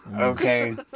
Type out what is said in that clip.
okay